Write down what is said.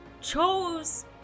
chose